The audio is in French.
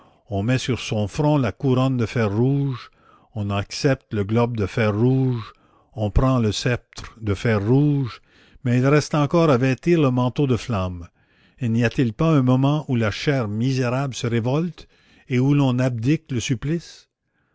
on met sur son front la couronne de fer rouge on accepte le globe de fer rouge on prend le sceptre de fer rouge mais il reste encore à vêtir le manteau de flamme et n'y a-t-il pas un moment où la chair misérable se révolte et où l'on abdique le supplice